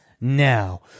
now